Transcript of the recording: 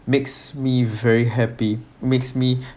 makes me very happy makes me